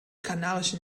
kanarischen